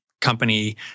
company